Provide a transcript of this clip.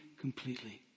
completely